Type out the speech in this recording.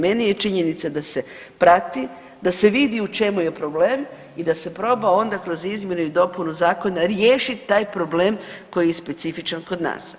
Meni je činjenica da se prati, da se vidi u čemu je problem i da se proba onda kroz izmjenu i dopunu zakona riješiti taj problem koji je specifičan kod nas.